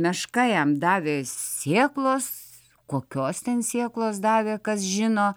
meška jam davė sėklos kokios ten sėklos davė kas žino